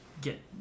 get